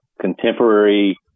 contemporary